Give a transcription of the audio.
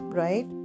right